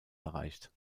erreicht